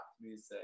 music